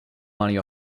money